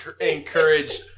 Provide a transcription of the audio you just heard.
encourage